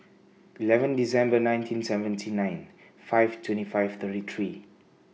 eleven December nineteen seventy nine five twenty five thirty three